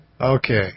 Okay